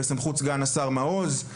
בסמכות סגן השר מעוז?